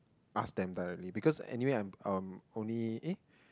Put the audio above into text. ask them directly because anyway I am um only eh